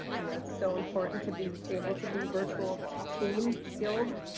you know it's so important to be able to be virtual team skilled.